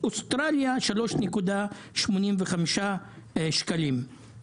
אוסטרליה 3.85 שקלים,